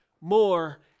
more